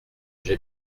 j’ai